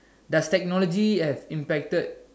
does technology have impacted